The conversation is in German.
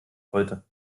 heute